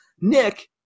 Nick